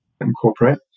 incorporate